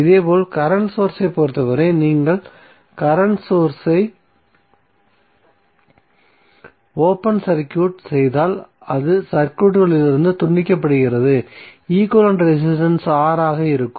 இதேபோல் current source ஐ பொறுத்தவரை நீங்கள் கரண்ட் சோர்ஸ் ஐ ஓபன் சர்க்யூட் செய்தால் அது சர்க்யூட்களிலிருந்து துண்டிக்கப்படுகிறது ஈக்வலன்ட் ரெசிஸ்டன்ஸ் R ஆக இருக்கும்